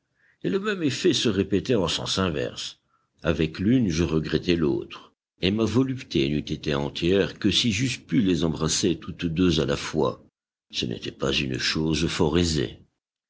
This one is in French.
et le même effet se répétait en sens inverse avec l'une je regrettais l'autre et ma volupté n'eût été entière que si j'eusse pu les embrasser toutes deux à la fois ce n'était pas une chose